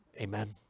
Amen